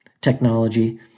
technology